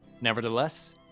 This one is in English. Nevertheless